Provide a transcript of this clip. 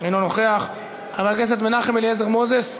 אינו נוכח, חבר הכנסת מנחם אליעזר מוזס,